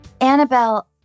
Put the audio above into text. Annabelle